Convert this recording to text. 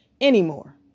anymore